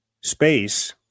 Space